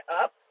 up